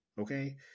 Okay